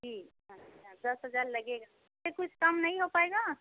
जी दस हज़ार लगेगा इसमें कुछ कम नहीं हो पाएगा